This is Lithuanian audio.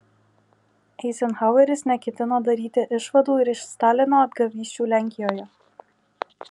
eizenhaueris neketino daryti išvadų ir iš stalino apgavysčių lenkijoje